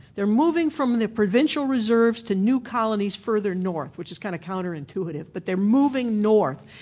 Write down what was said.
they're moving from their provincial reserves to new colonies further north, which is kind of counterintuitive, but they're moving north.